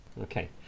Okay